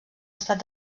estat